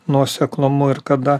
nuoseklumu ir kada